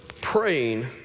praying